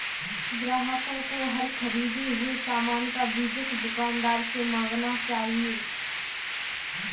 ग्राहकों को हर ख़रीदे हुए सामान का बीजक दुकानदार से मांगना चाहिए